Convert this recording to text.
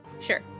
Sure